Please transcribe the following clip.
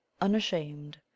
Unashamed